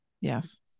Yes